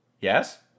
Yes